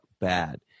bad